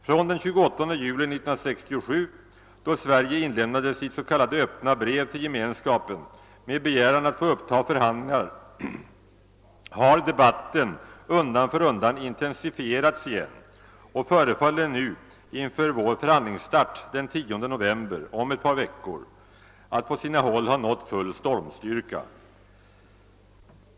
Från den 28 juli 1967 då Sverige inlämnade sitt s.k. öppna brev till Gemenskapen med begäran att få uppta förhandlingar har debatten undan för undan intensifierats igen och förefaller nu inför vår förhandlingsstart den 10 november — om ett par veckor — att på sina håll ha nått full stormstyrka.